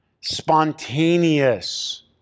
spontaneous